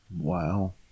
Wow